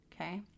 Okay